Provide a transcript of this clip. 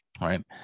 right